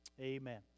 amen